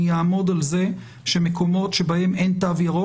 אני אעמוד על זה שבמקומות שבהם אין תו ירוק,